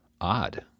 odd